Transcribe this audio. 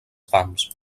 fams